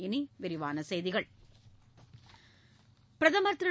இனி விரிவான செய்திகள் பிரதமர் திரு